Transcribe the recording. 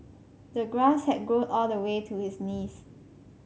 the grass had grown all the way to his knees